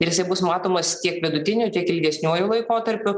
ir bus matomas tiek vidutiniu tiek ilgesniuoju laikotarpiu